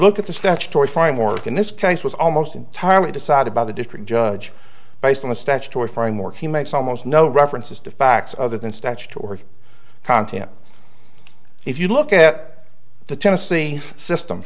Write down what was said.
look at the statutory framework and this case was almost entirely decided by the district judge based on the statutory framework he makes almost no references to facts other than statutory content if you look at the tennessee system